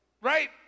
Right